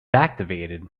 activated